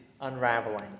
unraveling